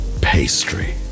pastry